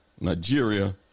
Nigeria